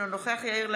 אינו נוכח יאיר לפיד,